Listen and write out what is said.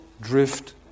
drift